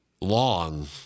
long